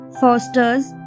fosters